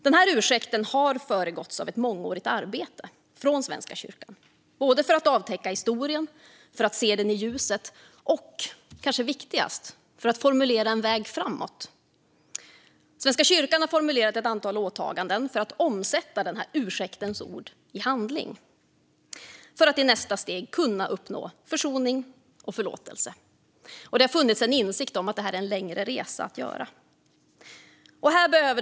Denna ursäkt har föregåtts av ett mångårigt arbete från Svenska kyrkan för att avtäcka historien, se den i ljuset och, kanske viktigast, formulera en väg framåt. Svenska kyrkan har formulerat ett antal åtaganden för att omsätta ursäktens ord i handling, för att i nästa steg uppnå försoning och förlåtelse. Det har funnits en insikt om att detta är en längre resa att göra.